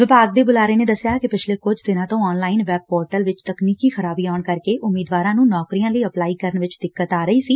ਵਿਭਾਗ ਦੇ ਬੁਲਾਰੇ ਨੇ ਦਸਿਆ ਕਿ ਪਿਛਲੇ ਕੁਝ ਦਿਨਾਂ ਤੋਂ ਆਨਲਾਈਨ ਵੈਬ ਪੋਰਟਲ ਵਿਚ ਤਕਨੀਕੀ ਖਰਾਬੀ ਆਉਣ ਕਰਕੇ ਉਮੀਦਵਾਰਾਂ ਨੂੰ ਨੌਕਰੀਆਂ ਲਈ ਅਪਲਾਈ ਕਰਨ ਵਿਚ ਦਿਕੱਤ ਆ ਰਹੀ ਸੀ